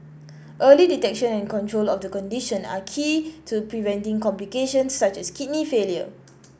early detection and control of the condition are key to preventing complications such as kidney failure